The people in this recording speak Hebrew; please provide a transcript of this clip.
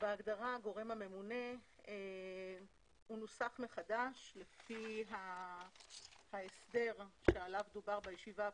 הגדרת הגורם הממונה נוסחה מחדש לפי ההסדר עליו דובר בישיבה הקודמת,